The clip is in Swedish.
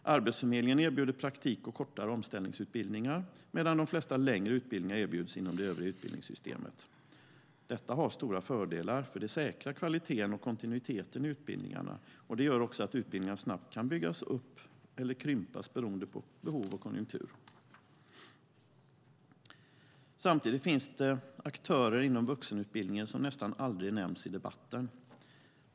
Arbetsförmedlingen erbjuder praktik och kortare omställningsutbildningar medan de flesta längre utbildningar erbjuds inom det övriga utbildningssystemet. Detta har stora fördelar, för det säkrar kvaliteten och kontinuiteten i utbildningarna. Det gör att utbildningarna snabbt kan byggas ut eller krympas beroende på behov och konjunktur. Samtidigt finns aktörer inom vuxenutbildningen som nästan aldrig nämns i debatten.